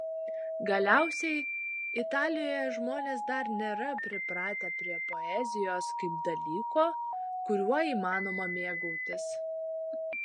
galiausiai italijoje žmonės dar nėra pripratę prie poezijos kaip dalyko kuriuo įmanoma mėgautis